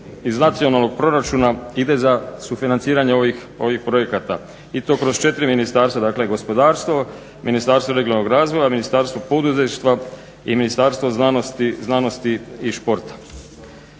iz nacionalnog proračuna ide za sufinanciranje ovih projekata i to kroz četiri ministarstva, dakle gospodarstvo, Ministarstvo regionalnog razvoja, Ministarstvo poduzetništva i Ministarstvo znanosti i športa.